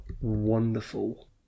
wonderful